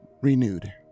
Renewed